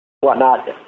whatnot